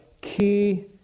key